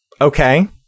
okay